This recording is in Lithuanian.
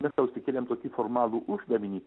mes sau išsikėlėm tokį formalų uždavinį